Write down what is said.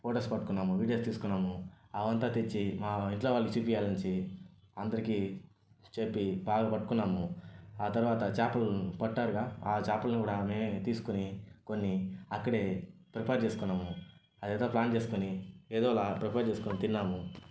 photos పట్టుకున్నాను videos తీసుకున్నాము అవి అంతా తెచ్చి మా ఇంట్లో వాళ్ళకి చూపించాలి అనేసి అందరికీ చెప్పి బాగా పట్టుకున్నాము ఆ తర్వాత చేపలను పట్టారుగా ఆ చేపలను కూడా మేమే తీసుకొని కొన్ని అక్కడే ప్రిపేర్ చేసుకున్నాము అది ఏదో ప్లాన్ చేసుకొని ఏదోలా ప్రిపేర్ చేసుకొని తిన్నాము